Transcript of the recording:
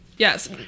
Yes